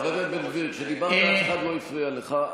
חבר הכנסת בן גביר, כשדיברת אף אחד לא הפריע לך.